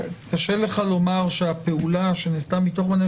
קשה לך לומר שהפעולה שנעשתה מתוך מניע